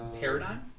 paradigm